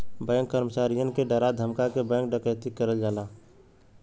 bank कर्मचारियन के डरा धमका के बैंक डकैती करल जाला